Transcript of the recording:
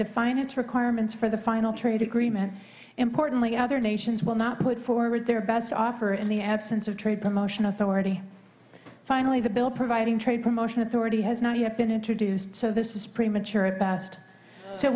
define it requirements for the final trade agreement importantly other nations will not put forward their best offer in the absence of trade promotion authority finally the bill providing trade promotion authority has not yet been introduced so this is premature and fast so